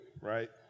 right